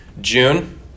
June